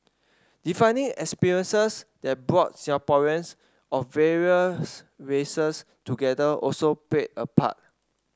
defining experiences that brought Singaporeans of various races together also played a part